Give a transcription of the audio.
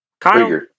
Kyle